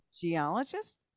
Geologist